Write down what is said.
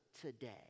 today